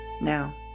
Now